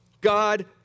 God